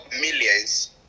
millions